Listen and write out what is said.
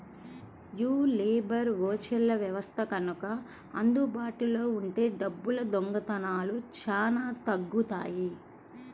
యీ లేబర్ ఓచర్ల వ్యవస్థ గనక అందుబాటులో ఉంటే డబ్బుల దొంగతనాలు చానా తగ్గుతియ్యి